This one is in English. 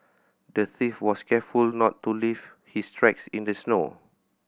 the thief was careful to not leave his tracks in the snow